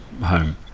home